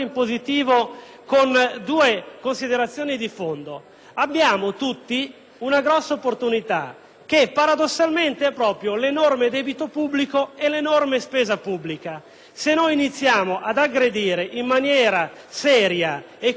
che, paradossalmente, è proprio l'enorme debito pubblico e l'enorme spesa pubblica. Se iniziamo ad aggredire in maniera seria e convinta la spesa pubblica, che è assolutamente fuori da ogni logica,